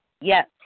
Yes